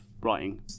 writing